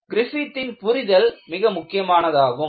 Griffith ன் புரிதல் மிக முக்கியமானதாகும்